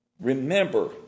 remember